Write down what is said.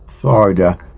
Florida